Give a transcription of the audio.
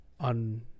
on